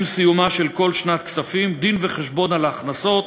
עם סיומה של כל שנת כספים, דין-וחשבון על ההכנסות,